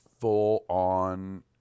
full-on